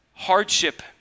Hardship